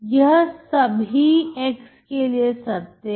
यह सभी ∀x के लिए सत्य है